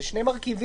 זה שני מרכיבים.